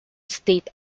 state